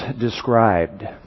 described